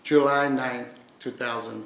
july ninth two thousand